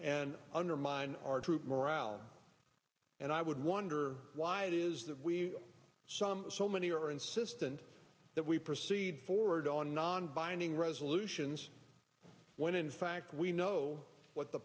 and undermine our troop morale and i would wonder why it is that we some so many are insistent that we proceed forward on non binding resolutions when in fact we know what the